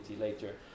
later